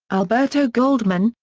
alberto goldman,